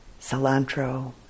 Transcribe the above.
cilantro